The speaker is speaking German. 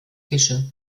fische